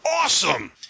awesome